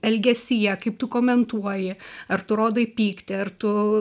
elgesyje kaip tu komentuoji ar tu rodai pyktį ar tu